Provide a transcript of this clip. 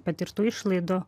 patirtų išlaidų